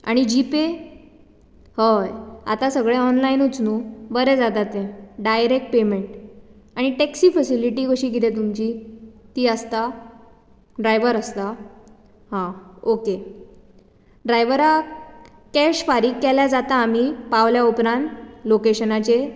आनी जीपे हय आतां सगळें ऑनलायनूच नू बरें जाता तें डायरेक्ट पेयमेंट आनी टॅक्सी फेसिलिटी कशी कितें तुमची ती आसता ड्रायवर आसता आं ओके ड्रायवराक कॅश फारीक केल्यार जाता आमी पावले उपरांत लोकेशनाचेर